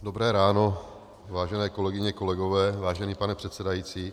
Dobré ráno, vážené kolegyně, kolegové, vážený pane předsedající.